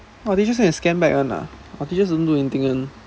!wah! they just can scan back one ah our teachers don't do anything [one]